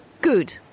Good